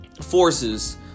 forces